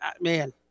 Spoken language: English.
man